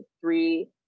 three